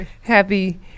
Happy